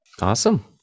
Awesome